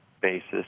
basis